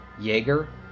Jaeger